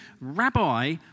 Rabbi